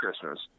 Christmas